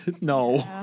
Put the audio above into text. No